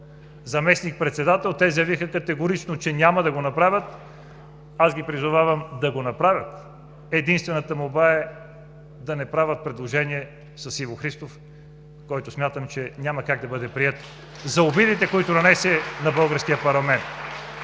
заместник-председател. Те заявиха категорично, че няма да го направят. Призовавам ги да го направят. Единствената молба е да не правят предложение за Иво Христов, който смятам, че няма как да бъде приет заради обидите, които нанесе на българския парламент.